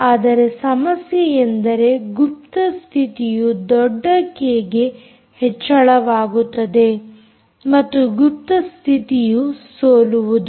ಆದರೆ ಸಮಸ್ಯೆಯೆಂದರೆ ಗುಪ್ತ ಸ್ಥಿತಿಯು ದೊಡ್ಡ ಕೆ ಗೆ ಹೆಚ್ಚಳವಾಗುತ್ತದೆ ಮತ್ತು ಗುಪ್ತಸ್ಥಿತಿಯು ಸೋಲುವುದು